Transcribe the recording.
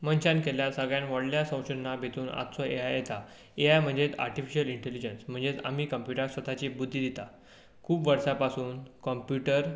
मनशान केल्ल्या सगळ्या व्हडल्या संशोधना भितर आमचो ए आय येता ए आय म्हणजें आर्टिफिशल इंटेलिजंस म्हणजें आमी कंप्युटराक स्वताची बुद्धी दितात खूब वर्सां पसून कंप्युटर